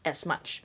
as much